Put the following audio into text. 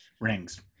rings